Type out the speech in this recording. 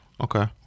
Okay